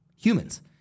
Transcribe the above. Humans